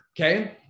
Okay